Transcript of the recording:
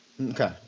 Okay